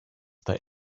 that